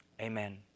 Amen